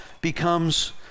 becomes